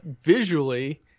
visually